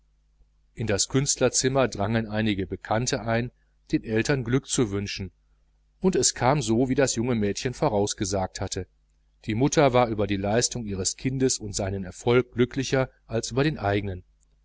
in das künstlerzimmer drangen einige bekannte ein den eltern zu gratulieren und es kam so wie das junge mädchen voraus gesagt hatte die mutter war über die leistung ihres kindes und seinen erfolg glücklicher als über den eigenen